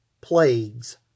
plagues